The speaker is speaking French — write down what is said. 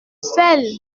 sel